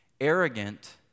arrogant